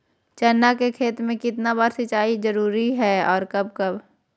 चना के खेत में कितना बार सिंचाई जरुरी है और कब कब?